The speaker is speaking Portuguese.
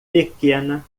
pequena